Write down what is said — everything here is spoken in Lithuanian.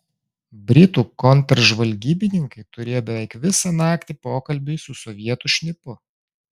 britų kontržvalgybininkai turėjo beveik visą naktį pokalbiui su sovietų šnipu